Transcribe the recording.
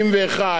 לא נגבה.